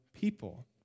people